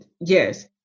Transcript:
Yes